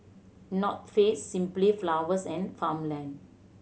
North Face Simply Flowers and Farmland